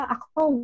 Ako